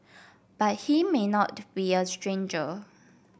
but he may not be a stranger